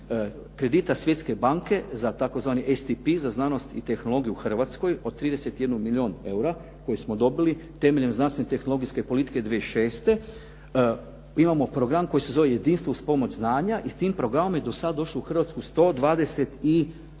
kredita Svjetske banke za tzv. STP, za znanost i tehnologiju u Hrvatskoj od 31 milijun eura koji smo dobili temeljem znanstvene tehnologijske politike 2006., imamo program koji se zove jedinstvo uz pomoć znanja i s tim programom je do sad došlo u Hrvatsku 124